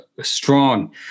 strong